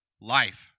Life